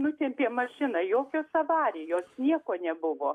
nutempė mašiną jokios avarijos nieko nebuvo